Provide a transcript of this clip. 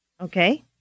Okay